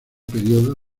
periodo